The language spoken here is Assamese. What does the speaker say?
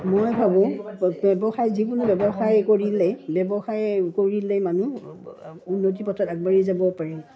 মই ভাবোঁ ব্যৱসায় যিকোনো ব্যৱসায় কৰিলে ব্যৱসায় কৰিলে মানুহ উন্নতি পথত আগবাঢ়ি যাব পাৰি